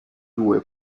due